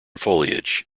foliage